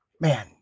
Man